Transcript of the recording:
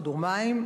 כדור מים,